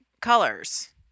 colors